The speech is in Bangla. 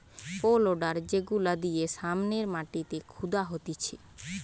পে লোডার যেগুলা দিয়ে সামনের মাটিকে খুদা হতিছে